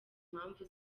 mpamvu